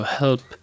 help